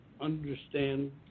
understand